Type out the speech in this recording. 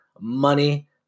money